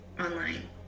online